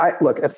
look